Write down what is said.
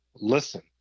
listen